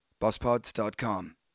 BossPods.com